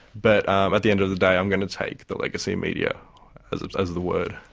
but um at the end of the day i'm going to take the legacy media as as the word.